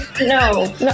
no